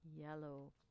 yellow